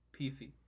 PC